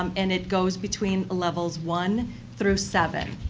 um and it goes between levels one through seven.